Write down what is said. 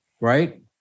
right